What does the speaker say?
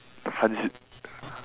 hundred